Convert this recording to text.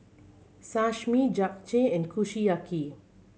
Sashimi Japchae and Kushiyaki